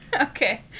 Okay